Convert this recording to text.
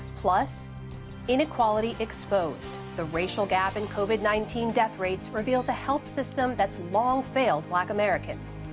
plus inequality exposed. the racial gap in covid nineteen death rates reveals a health system that's long failed black americans.